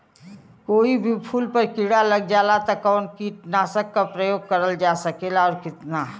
कोई भी फूल पर कीड़ा लग जाला त कवन कीटनाशक क प्रयोग करल जा सकेला और कितना?